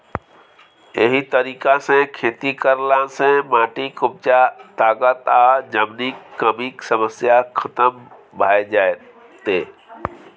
एहि तरीका सँ खेती करला सँ माटिक उपजा ताकत आ जमीनक कमीक समस्या खतम भ जेतै